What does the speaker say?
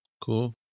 cool